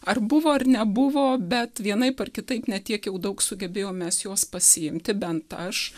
ar buvo ar nebuvo bet vienaip ar kitaip ne tiek jau daug sugebėjom mes jos pasiimti bent aš